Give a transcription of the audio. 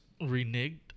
Reneged